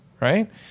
right